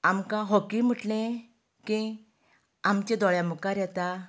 आमकां हॉकी म्हटलें की आमचीं दोळ्यांमुखार येता